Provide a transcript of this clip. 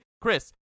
Chris